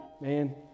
Man